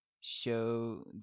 show